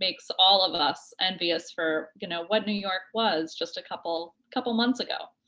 makes all of us envious for, you know, what new york was just a couple couple months ago.